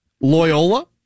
Loyola